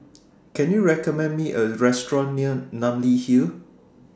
Can YOU recommend Me A Restaurant near Namly Hill